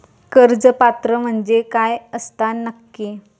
कर्ज पात्र म्हणजे काय असता नक्की?